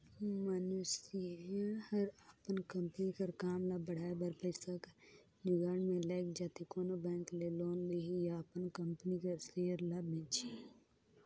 मइनसे हर अपन कंपनी कर काम ल बढ़ाए बर पइसा कर जुगाड़ में लइग जाथे कोनो बेंक ले लोन लिही या अपन कंपनी कर सेयर ल बेंचही